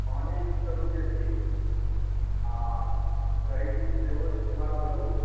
पानि यूज करू बेसी आ दही दूध सेहो इस्तेमाल करू